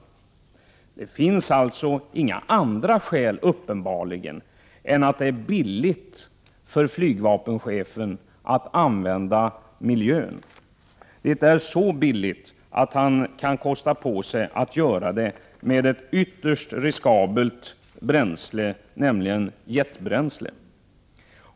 Det finns alltså uppenbarligen inga andra skäl än att det är billigt för flygvapenchefen att använda miljön. Det är så billigt att han kan kosta på sig att göra det med ett ytterst riskabelt bränsle, nämligen jetbränsle.